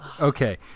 Okay